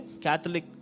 Catholic